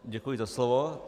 Děkuji za slovo.